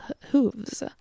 hooves